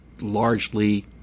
Largely